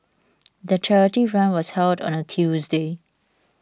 the charity run was held on a Tuesday